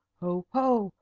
ho! ho!